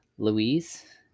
Louise